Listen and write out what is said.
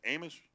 Amos